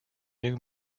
new